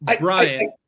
Brian